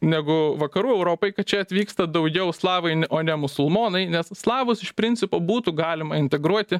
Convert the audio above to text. negu vakarų europai kad čia atvyksta daugiau slavai o ne musulmonai nes slavus iš principo būtų galima integruoti